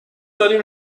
داریم